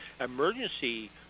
emergency